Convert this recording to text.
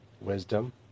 wisdom